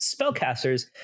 spellcasters